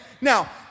Now